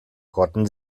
rotten